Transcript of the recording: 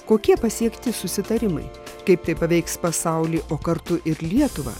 kokie pasiekti susitarimai kaip tai paveiks pasaulį o kartu ir lietuvą